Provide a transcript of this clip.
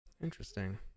Interesting